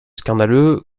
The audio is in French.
scandaleux